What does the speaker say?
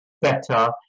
better